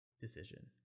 decision